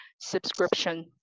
subscription